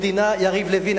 יריב לוין,